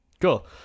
Cool